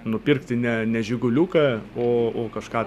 nupirkti ne ne žiguliuką o o kažką